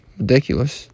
ridiculous